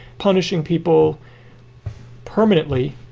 punishing people permanently,